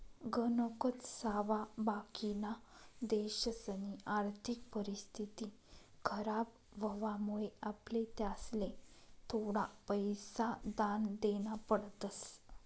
गणकच सावा बाकिना देशसनी आर्थिक परिस्थिती खराब व्हवामुळे आपले त्यासले थोडा पैसा दान देना पडतस